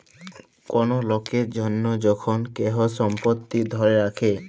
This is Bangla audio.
কল লকের জনহ যখল কেহু সম্পত্তি ধ্যরে রাখে